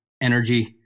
energy